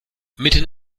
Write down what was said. mitten